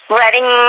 letting